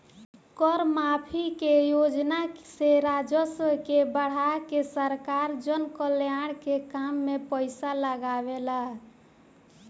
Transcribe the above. कर माफी के योजना से राजस्व के बढ़ा के सरकार जनकल्याण के काम में पईसा लागावेला